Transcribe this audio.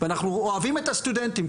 ואנחנו אוהבים את הסטודנטים.